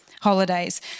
holidays